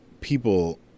people